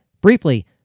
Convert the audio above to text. briefly